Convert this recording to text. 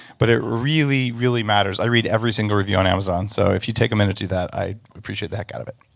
but it really, really matters. i read every single review on amazon. so if you take a minute to do that, i'd appreciate the heck out of it